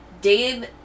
Dave